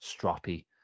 stroppy